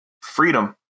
freedom